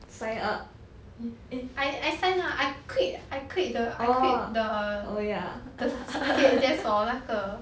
I I sign up I quit I quit the I quit the the seagate just for 那个